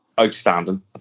outstanding